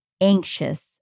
anxious